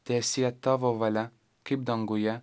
teesie tavo valia kaip danguje